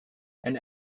and